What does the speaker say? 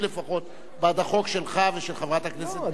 לפחות בעד החוק שלך ושל חברת הכנסת גלאון,